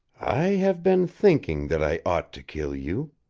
i have been thinking that i ought to kill you.